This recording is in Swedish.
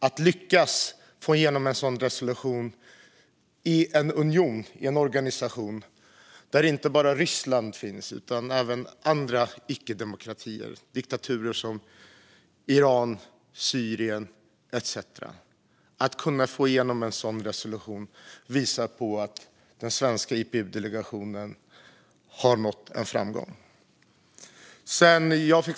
Att få igenom en sådan resolution i en organisation där inte bara Ryssland utan även andra icke-demokratier och diktaturer som Iran, Syrien etcetera finns och har inflytande visar att den svenska IPU-delegationen har nått en framgång.